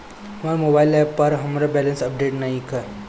हमर mobile app पर हमर बैलेंस अपडेट नइखे